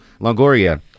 Longoria